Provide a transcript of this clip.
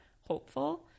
hopeful